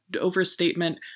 overstatement